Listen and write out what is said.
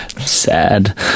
sad